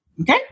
Okay